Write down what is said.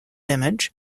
image